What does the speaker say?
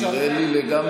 זה נראה לי לגמרי,